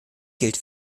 gilt